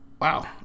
Wow